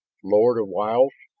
lord of wiles.